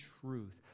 truth